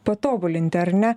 patobulinti ar ne